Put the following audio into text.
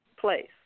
place